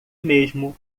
mesmo